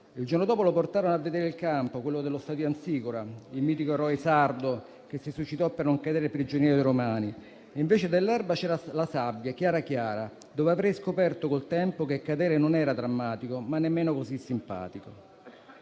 Il giorno dopo lo portarono a vedere il campo, quello dello stadio "Amsicora", il mitico eroe sardo che si suicidò per non cadere prigioniero dei romani. Invece dell'erba c'era la sabbia, chiara chiara, dove avrebbe scoperto con il tempo che cadere non era drammatico, ma nemmeno così simpatico.